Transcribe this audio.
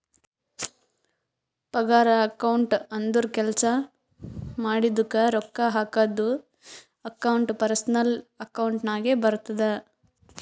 ಪಗಾರ ಅಕೌಂಟ್ ಅಂದುರ್ ಕೆಲ್ಸಾ ಮಾಡಿದುಕ ರೊಕ್ಕಾ ಹಾಕದ್ದು ಅಕೌಂಟ್ ಪರ್ಸನಲ್ ಅಕೌಂಟ್ ನಾಗೆ ಬರ್ತುದ